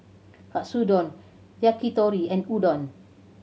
Katsudon Yakitori and Udon